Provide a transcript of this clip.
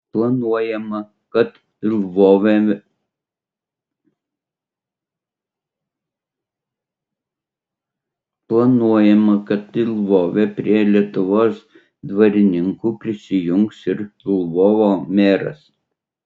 planuojama kad lvove prie lietuvos dviratininkų prisijungs ir lvovo meras